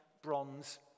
bronze